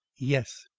yes.